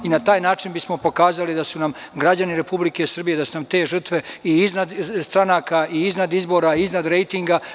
Na taj način bismo pokazali da su nam građani Republike Srbije, da su nam te žrtve, iznad stranaka, iznad izbora, iznad rejtinga.